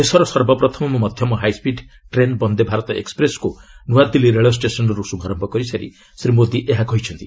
ଦେଶର ସର୍ବପ୍ରଥମ ମଧ୍ୟମ ହାଇସ୍କିଡ୍ ଟ୍ରେନ୍ ବନ୍ଦେ ଭାରତ ଏକ୍ସପ୍ରେସ୍କୁ ନୂଆଦିଲ୍ଲୀ ରେଳଷ୍ଟେସନ୍ରୁ ଶୁଭାରମ୍ଭ କରିସାରି ଶ୍ରୀ ମୋଦି ଏହା କହିଛନ୍ତି